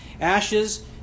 Ashes